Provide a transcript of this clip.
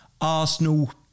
Arsenal